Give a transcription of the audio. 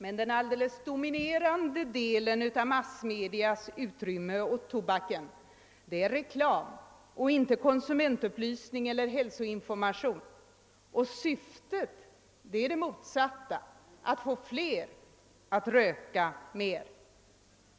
Men den alldeles dominerande delen av massmedias utrymme åt tobaken gäller reklam och inte konsumentupplysning eller hälsoinformation, och syftet är det motsatta: att få fler att röka mer.